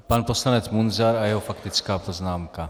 Pan poslanec Munzar a jeho faktická poznámka.